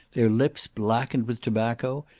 their lips blackened with tobacco,